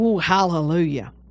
hallelujah